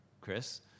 Chris